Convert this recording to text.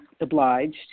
obliged